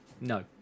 No